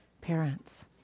parents